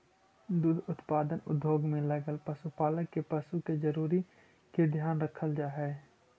दुग्ध उत्पादन उद्योग में लगल पशुपालक के पशु के जरूरी के ध्यान रखल जा हई